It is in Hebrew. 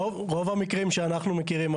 רוב המקרים שאנחנו מכירים,